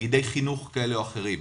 תאגידי חינוך כאלה או אחרים,